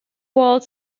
world